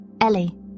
Ellie